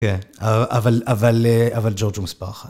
כן. אבל, אבל, אבל ג'ורג' הוא מספר אחת.